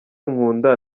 nkunda